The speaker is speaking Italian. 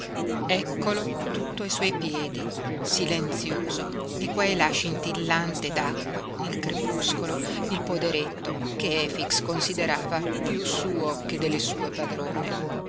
eccolo tutto ai suoi piedi silenzioso e qua e là scintillante d'acque nel crepuscolo il poderetto che efix considerava piú suo che delle sue padrone